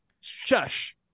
Shush